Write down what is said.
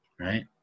Right